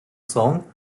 song